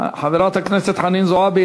חברת הכנסת חנין זועבי,